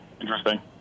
Interesting